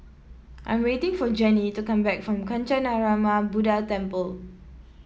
I'm waiting for Jenny to come back from Kancanarama Buddha Temple